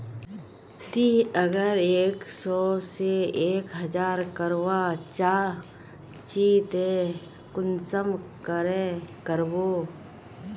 ती अगर एक सो से एक हजार करवा चाँ चची ते कुंसम करे करबो?